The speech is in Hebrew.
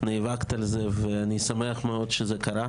נאבקת על זה, ואני שמח מאוד שזה קרה.